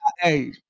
Hey